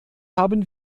haben